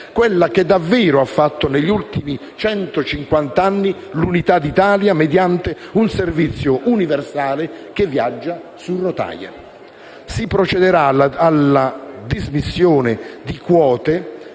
quella che davvero ha fatto negli ultimi centocinquant'anni l'unità d'Italia mediante un servizio universale che viaggia su rotaia. Si procederà alla dismissione di quote